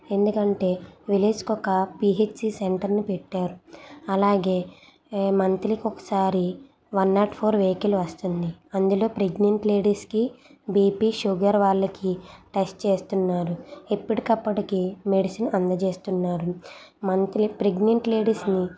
ఎందుకంటే విలేజ్కి ఒక పిహెచ్సి సెంటర్ని పెట్టారు అలాగే మంత్లీకి ఒకసారి వన్ నాట్ ఫోర్ వెయికల్ వస్తుంది అందులో ప్రెగ్నెంట్ లేడీస్కి బీపి షుగర్ వాళ్ళకి టెస్ట్ చేస్తున్నారు ఎప్పటికప్పటికీ మెడిసిన్ అందజేస్తున్నారు మంత్లీ ప్రెగ్నెంట్ లేడీస్ని